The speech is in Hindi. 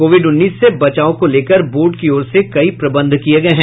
कोविड उन्नीस से बचाव को लेकर बोर्ड की ओर से कई प्रबंध किये गये हैं